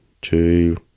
two